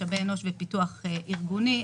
משאבי אנוש ופיתוח ארגוני,